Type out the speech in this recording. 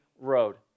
road